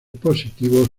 positivos